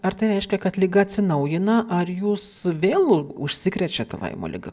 ar tai reiškia kad liga atsinaujina ar jūs vėl užsikrečiate laimo liga